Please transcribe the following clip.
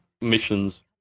missions